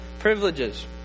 privileges